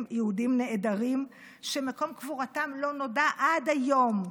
יהודים נעדרים שמקום קבורתם לא נודע עד היום.